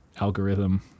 algorithm